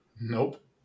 Nope